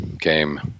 came